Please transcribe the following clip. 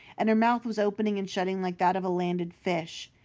and her mouth was opening and shutting like that of a landed fish.